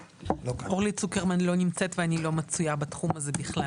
אורלי צוקרמן לא נמצאת ואני לא בקיאה בתחום הזה בכלל,